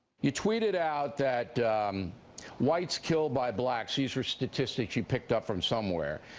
you tweeted out that whites killed by blacks, these are statistics you picked up from somewhere,